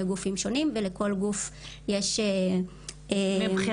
גופים שונים ולכל גוף יש- -- מבחינתי,